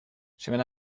chez